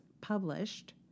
published